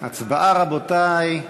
הצבעה, רבותי.